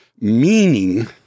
meaning